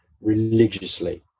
religiously